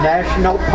National